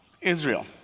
Israel